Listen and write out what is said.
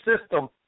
system